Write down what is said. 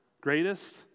greatest